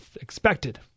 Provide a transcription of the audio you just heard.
expected